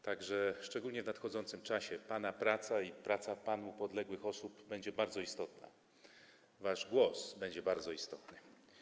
Tak że szczególnie w nadchodzącym czasie praca pana i praca panu podległych osób będzie bardzo istotna, wasz głos będzie bardzo istotny.